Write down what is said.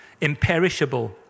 imperishable